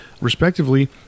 respectively